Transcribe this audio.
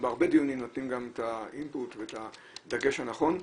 בהרבה דיונים אנחנו נותנים גם את האינפוט ואת הדגש הנכון,